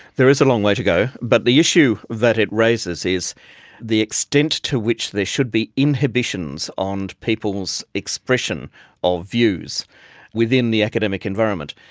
there is a long way to go. but the issue that it raises is the extent to which there should be inhibitions on people's expression of views within the academic environment.